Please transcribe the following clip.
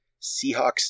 Seahawks